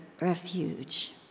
refuge